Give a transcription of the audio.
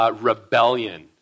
Rebellion